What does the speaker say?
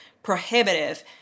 prohibitive